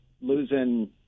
losing